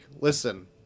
listen